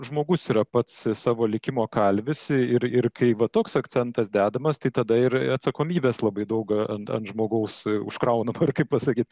žmogus yra pats savo likimo kalvis ir ir kai va toks akcentas dedamas tai tada ir atsakomybės labai daug ant žmogaus užkraunama ar kaip pasakyt